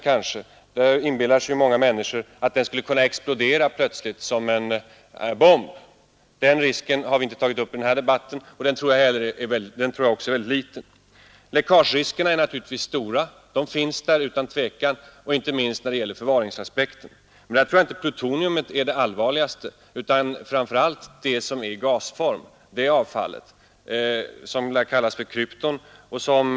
Många människor inbillar sig att den skulle kunna explodera som en bomb. Den risken har vi inte tagit upp i den här debatten, och jag tror att den är mycket liten. Läckageriskerna är naturligtvis stora, inte minst när det gäller förvaringen. Men jag tror inte att plutonium är det allvarligaste utan framför allt det avfall som förekommer i gasform och som kallas för kryptongas.